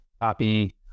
copy